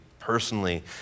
personally